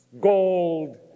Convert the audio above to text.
gold